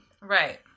Right